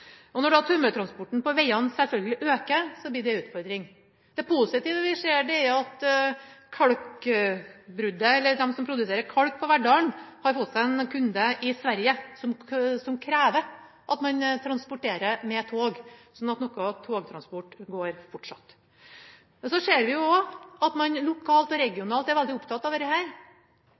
Når tømmertransporten på vegene selvfølgelig øker, blir det en utfordring. Det positive vi ser, er at de som produserer kalk i Verdalen, har en kunde i Sverige som krever at man transporterer med tog, så noe togtransport går fortsatt. Vi ser også at man lokalt og regionalt er veldig opptatt av